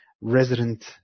resident